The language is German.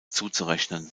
zuzurechnen